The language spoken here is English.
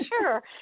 sure